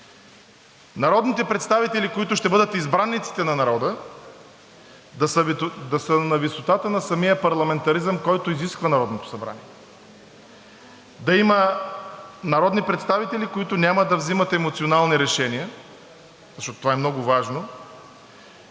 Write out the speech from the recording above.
народните представители, които ще бъдат избраниците на народа, да са на висотата на самия парламентаризъм, който изисква Народното събрание. Да има народни представители, които няма да взимат емоционални решения, защото това е много важно,